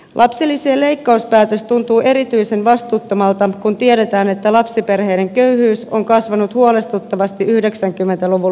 lapsilisien leikkauspäätös tuntuu erityisen vastuuttomalta kun tiedetään että lapsiperheiden köyhyys on kasvanut huolestuttavasti yhdeksänkymmentä luvun